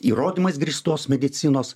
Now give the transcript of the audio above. įrodymais grįstos medicinos